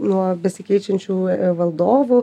nuo besikeičiančių valdovų